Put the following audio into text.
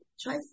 Try